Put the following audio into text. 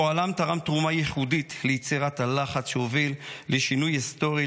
פועלם תרם תרומה ייחודית ליצירת הלחץ שהוביל לשינוי היסטורי,